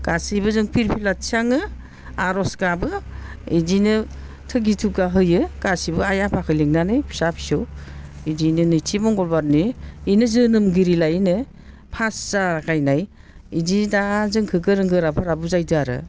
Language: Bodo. गासैबो जों फिरफिला थिखाङो आरज गाबो बिदिनो थुगि थ'गा होयो गासैबो आइ आफाखौ लिंनानै फिसा फिसौ बिदिनो नैथि मंगलबारनि बेनो जोनोमगिरि लायो नो फार्स्ट जागायनाय बिदि दा जोंखौ गोरों गोराफोरा बुजायदों आरो